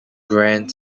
grand